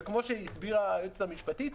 וכמו שהסבירה היועצת המשפטית,